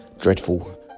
dreadful